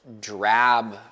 drab